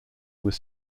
was